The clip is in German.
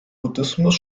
buddhismus